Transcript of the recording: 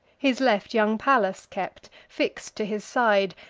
his left young pallas kept, fix'd to his side,